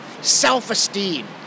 self-esteem